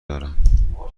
دارم